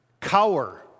cower